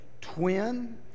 twin